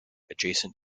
adjacent